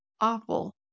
awful